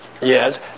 Yes